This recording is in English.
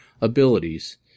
abilities